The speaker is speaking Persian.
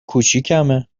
کوچیکمه